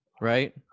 right